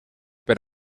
per